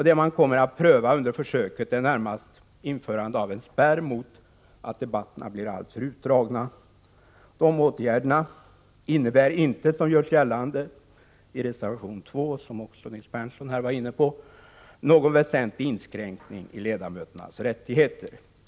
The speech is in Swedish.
Det man kommer att pröva under försöket är närmast införande av en spärr mot att debatterna blir alltför utdragna. Dessa åtgärder innebär inte, vilket görs gällande i reservation 2 och som också Nils Berndtson var inne på, någon väsentlig inskränkning i ledamöternas rättigheter.